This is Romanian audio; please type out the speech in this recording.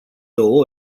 două